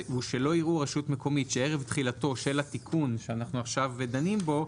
שלא יראו רשות מקומית שערב תחילתו של התיקון שאנו עכשיו דנים בו,